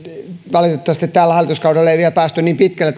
valitettavasti tällä hallituskaudella ei vielä päästy niin pitkälle